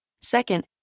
Second